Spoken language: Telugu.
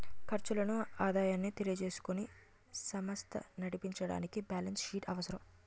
ఖర్చులను ఆదాయాన్ని తెలియజేసుకుని సమస్త నడిపించడానికి బ్యాలెన్స్ షీట్ అవసరం